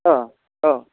अ अ